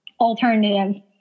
alternative